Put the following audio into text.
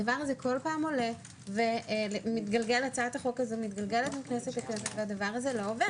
הדבר הזה כל פעם עולה והצעת החוק הזאת מתגלגלת לכנסת והדבר הזה לא עובר?